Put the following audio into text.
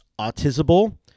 Autisable